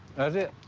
that's it.